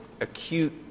acute